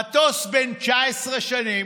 מטוס בן 19 שנים,